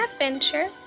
adventure